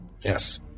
Yes